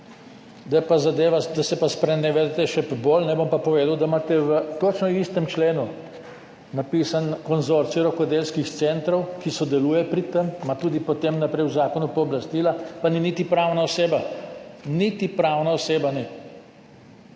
Da se pa sprenevedate še bolj, bom pa povedal, da imate v točno istem členu napisan konzorcij rokodelskih centrov, ki sodeluje pri tem, ima tudi potem naprej v zakonu pooblastila, pa ni niti pravna oseba, niti pravna oseba ne,